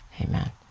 Amen